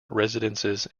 residences